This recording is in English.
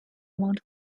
amount